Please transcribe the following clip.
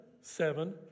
seven